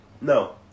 No